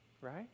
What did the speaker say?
right